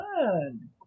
fun